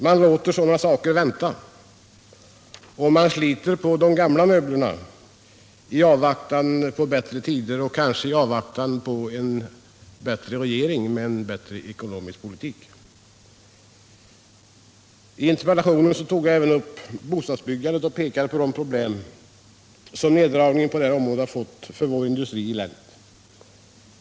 Man låter sådana saker vänta, man sliter på de gamla möblerna i avvaktan på bättre tider och kanske i avvaktan på en bättre regering med en bättre ekonomisk politik. I interpellationen tog jag även upp bostadsbyggandet och visade på de problem som neddragningen på detta område har medfört för industrin i vårt län.